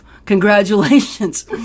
Congratulations